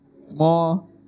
Small